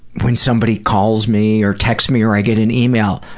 when somebody calls me or texts me or i get an ah e-mail,